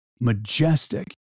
majestic